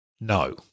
No